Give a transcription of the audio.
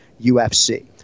UFC